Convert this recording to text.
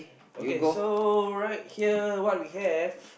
okay so right here what we have